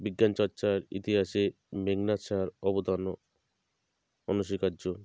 বিজ্ঞান চর্চার ইতিহাসে মেঘনাদ সাহার অবদানও অনস্বীকার্য